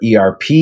ERP